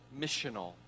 missional